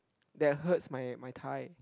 that hurts my my tie